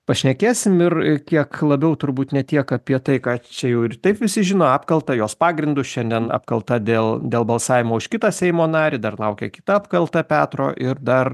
pašnekėsim ir kiek labiau turbūt ne tiek apie tai ką čia jau ir taip visi žino apkaltą jos pagrindu šiandien apkalta dėl dėl balsavimo už kitą seimo narį dar laukia kita apkalta petro ir dar